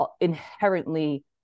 inherently